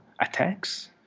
attacks